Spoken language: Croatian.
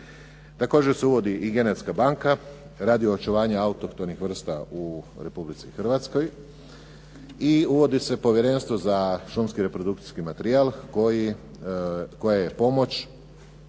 Također se uvodi i genetska banka radi očuvanja autohtonih vrsta u Republici Hrvatskoj i uvodi se Povjerenstvo za šumski reprodukcijski materijal koja je